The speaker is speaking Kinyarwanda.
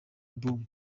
album